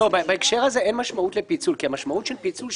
בהקשר הזה אין משמעות לפיצול כי המשמעות של פיצול היא